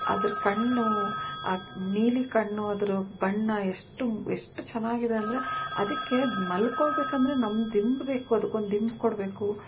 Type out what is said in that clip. ಅದ್ರ ಕಣ್ಣು ಆ ನೀಲಿ ಕಣ್ಣು ಅದ್ರ ಬಣ್ಣ ಎಷ್ಟು ಮು ಎಷ್ಟು ಚೆನ್ನಾಗಿದೆ ಅಂದರೆ ಅದಕ್ಕೆ ಮಲ್ಕೊಳ್ಬೇಕಂದರೆ ನಮ್ಮ ದಿಂಬು ಬೇಕು ಅದಕ್ಕೊಂದು ದಿಂಬು ಕೊಡಬೇಕು